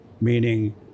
meaning